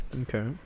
Okay